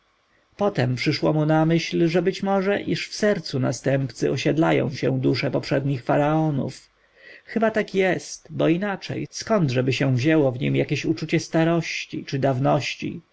potem przyszło mu na myśl że może być iż w sercu następcy osiedlają się dusze poprzednich faraonów chyba tak jest bo inaczej skądżeby wzięło się w nim jakieś uczucie starości czy dawności